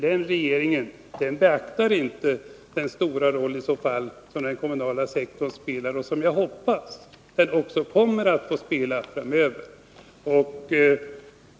Den regeringen beaktar i så fall inte den stora roll som den kommunala sektorn spelar, och som jag hoppas den också kommer att få spela framöver.